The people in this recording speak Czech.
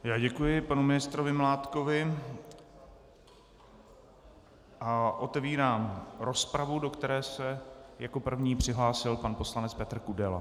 Já děkuji panu ministrovi Mládkovi a otevírám rozpravu, do které se jako první přihlásil pan poslanec Petr Kudela.